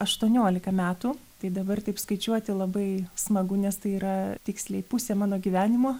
aštuoniolika metų tai dabar taip skaičiuoti labai smagu nes tai yra tiksliai pusė mano gyvenimo